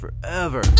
forever